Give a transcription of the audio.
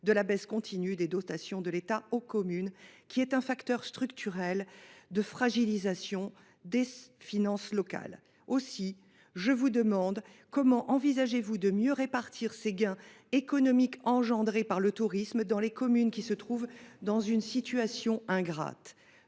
de la baisse continue des dotations de l’État aux communes, facteur structurel de fragilisation des finances locales. Aussi, monsieur le ministre, comment envisagez vous de mieux répartir les gains économiques suscités par le tourisme dans les communes qui se trouvent dans une situation ingrate ?